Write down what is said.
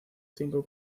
cinco